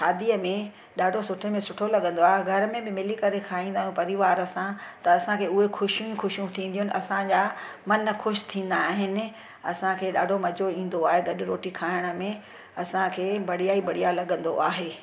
शादी में ॾाढो सुठे में सुठो लॻंदो आहे घर में बि मिली करे खाईंदा आहियूं परिवार सां त असांखे उहे ख़ुशियूं ई ख़ुशियूं थींदियूं असांजा मन ख़ुश थींदा आहिनि असांखे ॾाढो मज़ो ईंदो आहे गॾु रोटी खाइण में असांखे बढ़िया ई बढ़िया लॻंदो आहे